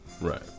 Right